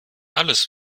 alles